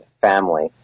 family